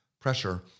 pressure